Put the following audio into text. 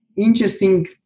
interesting